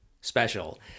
special